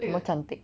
什么 cantik